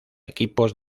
equipos